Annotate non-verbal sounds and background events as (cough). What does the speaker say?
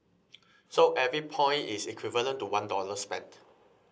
(breath) so every point is equivalent to one dollar spent